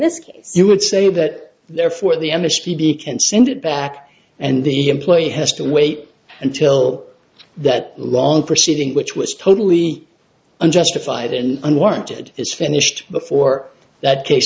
case you would say that therefore the amnesty bill can send it back and the employee has to wait until that long proceeding which was totally unjustified and unwarranted is finished before that case